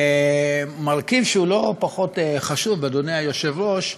ומרכיב שהוא לא פחות חשוב, אדוני היושב-ראש,